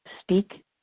speak